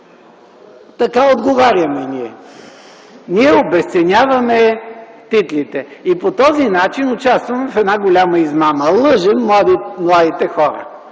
така отговаряме ние. Обезценяваме титлите и по този начин участваме в една голяма измама – лъжем младите хора.